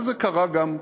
וזה קרה גם אצלנו,